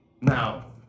Now